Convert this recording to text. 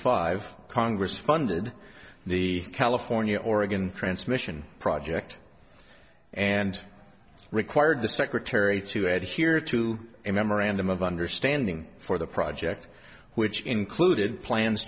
five congress funded the california oregon transmission project and required the secretary to adhered to a memorandum of understanding for the project which included plans